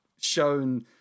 shown